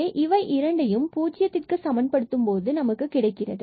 2 y4x2 and 2 yx2 ஆகியவற்றை பூஜ்ஜியத்திற்க்கு சமன்படுத்துவது கிடைக்கிறது